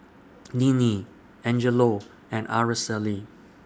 Ninnie Angelo and Araceli